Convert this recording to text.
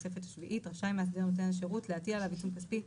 לתוספת השביעית רשאי מאסדר נותן השירות להטיל עליו עיצום כספי,